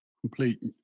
complete